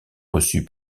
reçu